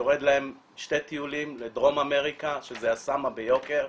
יורד לשני טיולים לדרום אמריקה שזה הסם הביוקר,